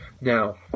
Now